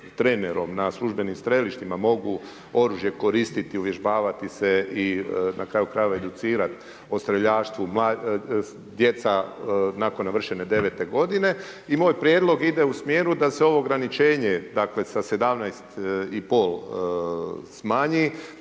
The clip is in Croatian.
trenerom na službenim strelištima, mogu oružje koristiti, uvježbavati se i na kraju krajeva educirati, o streljaštvu, djeca nakon navršene 9 g. I moj prijedlog ide u smjeru, da se ovo ograničenje sa 17,5 smanji